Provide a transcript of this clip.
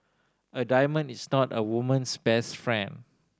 a diamond is not a woman's best friend